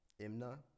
Imna